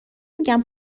میگن